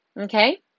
Okay